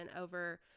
over